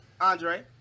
Andre